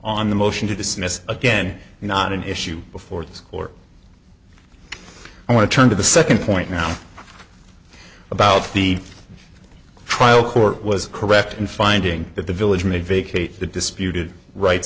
on the motion to dismiss again not an issue before or i want to turn to the second point now about the trial court was correct in finding that the village made vacate the disputed right